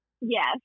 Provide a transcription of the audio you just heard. Yes